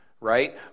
right